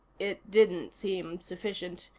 it didn't seem sufficient.